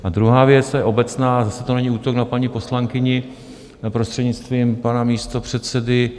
A druhá věc je obecná, a zase to není útok na paní poslankyni, prostřednictvím pana místopředsedy.